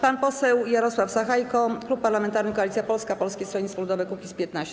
Pan poseł Jarosław Sachajko, Klub Parlamentarny Koalicja Polska - Polskie Stronnictwo Ludowe - Kukiz15.